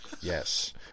yes